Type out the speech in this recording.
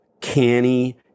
canny